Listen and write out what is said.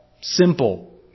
simple